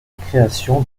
création